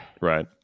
right